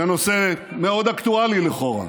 זה נושא מאוד אקטואלי לכאורה.